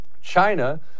China